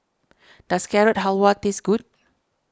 does Carrot Halwa taste good